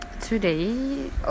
Today